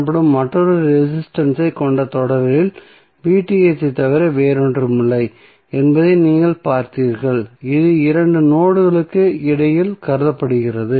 எனப்படும் மற்றொரு ரெசிஸ்டன்ஸ் ஐ கொண்ட தொடரில் ஐத் தவிர வேறொன்றுமில்லை என்பதை நீங்கள் பார்த்தீர்கள் இது இரண்டு நோடுகளுக்கு இடையில் கருதப்பட்டது